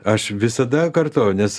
aš visada kartoju nes